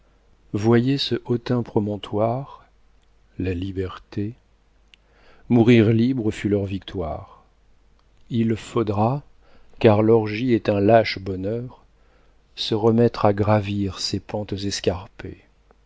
voyez ce hautain promontoire la liberté mourir libres fut leur victoire il faudra car l'orgie est un lâche bonheur se remettre à gravir ces pentes escarpées